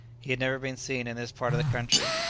he had never been seen in this part of the country,